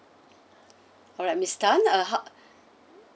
alright miss tan uh how